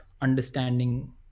understanding